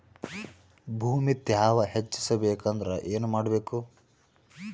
ಭೂಮಿ ತ್ಯಾವ ಹೆಚ್ಚೆಸಬೇಕಂದ್ರ ಏನು ಮಾಡ್ಬೇಕು?